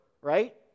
right